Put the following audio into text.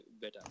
better